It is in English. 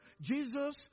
Jesus